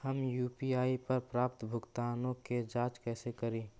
हम यु.पी.आई पर प्राप्त भुगतानों के जांच कैसे करी?